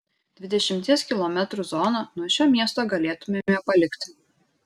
dvidešimties kilometrų zoną nuo šio miesto galėtumėme palikti